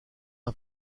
une